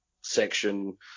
section